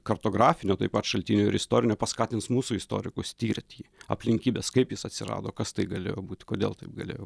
kartografinio taip pat šaltinio ir istorinio paskatins mūsų istorikus tirt jį aplinkybes kaip jis atsirado kas tai galėjo būt kodėl taip galėjo